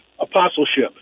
apostleship